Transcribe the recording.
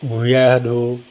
বুঢ়ী আইৰ সাধু